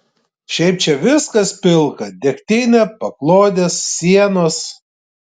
šiaip čia viskas pilka degtinė paklodės sienos